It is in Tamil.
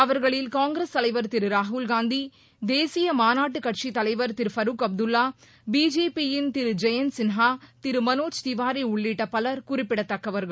அவர்களில் காங்கிரஸ் தலைவர் திரு ராகுல்காந்தி தேசிய மாநாட்டு கட்சித் தலைவர் திரு ஃபருக் அப்துல்லா பிஜேபி யின் திரு ஜெயந்த் சின்ஹா திரு மனோஜ் திவாரி உள்ளிட்ட பலர் குறிப்பிடத்தக்கவர்கள்